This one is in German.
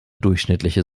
durchschnittliche